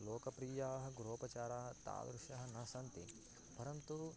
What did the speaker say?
लोकप्रियाः गृहोपचाराः तादृशाः न सन्ति परन्तु